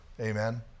Amen